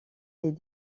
les